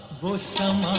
both some